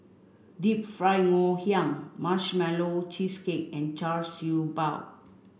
Deep Fried Ngoh Hiang Marshmallow Cheesecake and Char Siew Bao